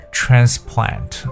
transplant